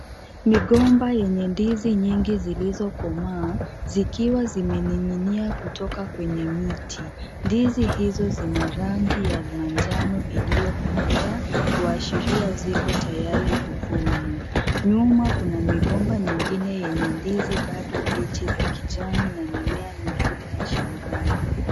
Migomba yenye ndizi nyingi zilizokomaa, zikiwa zimening'inia kutoka kwenye miti. Ndizi hizo zina rangi ya manjano iliyokolea, kuashiria ziko tayari kuvunwa. Nyuma kuna migomba mingine yenye ndizi bado mbichi za kijani na mimea mingine ya shambani.